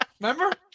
Remember